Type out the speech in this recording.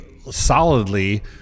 solidly